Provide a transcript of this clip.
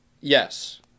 Yes